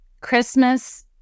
Christmas